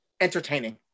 entertaining